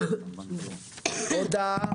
הודעה